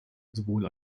sowohl